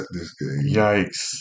Yikes